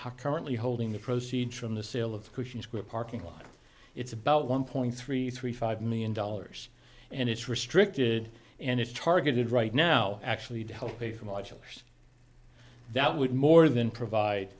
d currently holding the proceeds from the sale of cushion scrip parking lot it's about one point three three five million dollars and it's restricted and it's targeted right now actually to help pay for modulars that would more than provide